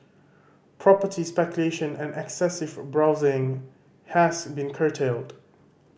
property speculation and excessive borrowing has been curtailed